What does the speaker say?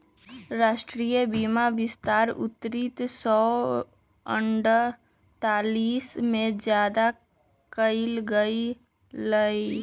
राष्ट्रीय बीमा विस्तार उन्नीस सौ अडतालीस में ज्यादा कइल गई लय